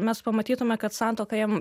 mes pamatytume kad santuoka jam